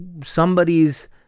somebody's